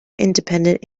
independent